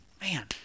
man